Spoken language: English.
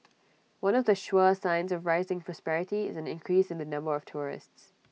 one of the sure signs of rising prosperity is an increase in the number of tourists